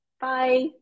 bye